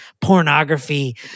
pornography